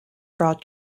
brought